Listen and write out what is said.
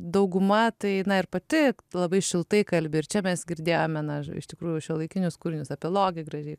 dauguma tai na ir pati labai šiltai kalbi ir čia mes girdėjome na iš tikrųjų šiuolaikinius kūrinius epilogai gražiai